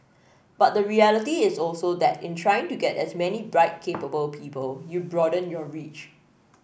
but the reality is also that in trying to get as many bright capable people you broaden your reach